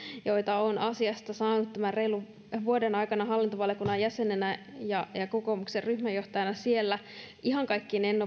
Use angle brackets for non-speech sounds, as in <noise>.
joita olen asiasta saanut tämän reilun vuoden aikana hallintovaliokunnan jäsenenä ja kokoomuksen ryhmänjohtajana siellä ihan kaikkiin en <unintelligible>